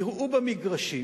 תראו במגרשים